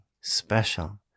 special